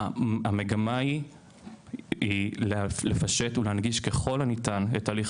המגמה היא לפשט ולהנגיש ככל הניתן את הליך